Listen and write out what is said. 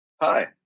Hi